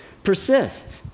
persist!